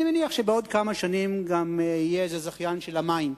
אני מניח שבעוד כמה שנים גם יהיה איזה זכיין של המים,